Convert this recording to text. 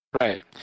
Right